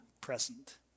present